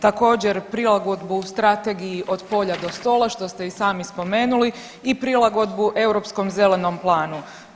Također prilagodbu Strategiji „Od polja do stola“ što ste i sami spomenuli i prilagodbu europskom zelenom planu.